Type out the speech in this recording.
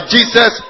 Jesus